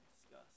discuss